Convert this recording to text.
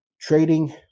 Trading